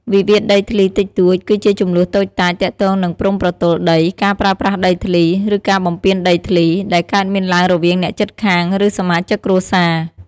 វិវាទដីធ្លីតិចតួច គឺជាជម្លោះតូចតាចទាក់ទងនឹងព្រំប្រទល់ដី ការប្រើប្រាស់ដីធ្លី ឬការបំពានដីធ្លី ដែលកើតមានឡើងរវាងអ្នកជិតខាង ឬសមាជិកគ្រួសារ។